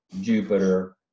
Jupiter